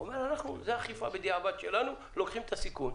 הוא אומר שזאת האכיפה בדיעבד שלנו ואנחנו לוקחים את הסיכון.